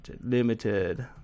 limited